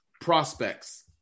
prospects